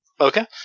Okay